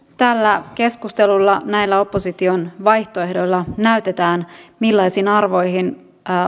tällä keskustelulla näillä opposition vaihtoehdoilla näytetään millaisin arvoin